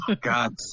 God